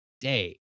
day